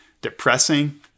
depressing